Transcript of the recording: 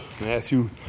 Matthew